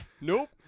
nope